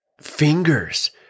fingers